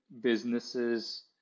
businesses